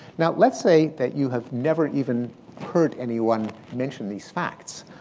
now let's say that you have never even heard anyone mention these facts.